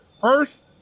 first